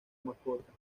mascota